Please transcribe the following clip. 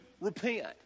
repent